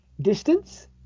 distance